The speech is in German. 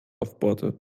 aufbohrte